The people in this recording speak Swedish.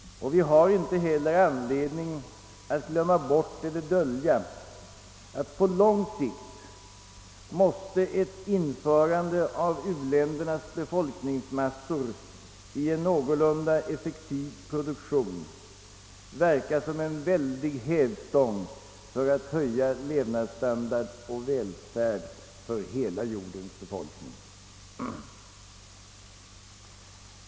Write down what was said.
Vi har inte heller anledning att glömma bort eller dölja att på lång sikt måste ett införande av u-ländernas befolkningsmassor i en någorlunda effektiv produktion verka som en väldig hävstång för att höja levnadsstandarden och välfärden för hela jordens befolkning.